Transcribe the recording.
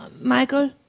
Michael